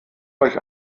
euch